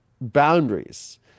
boundaries